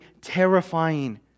terrifying